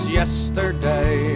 yesterday